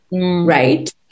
right